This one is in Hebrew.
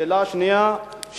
השאלה השנייה,